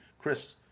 Chris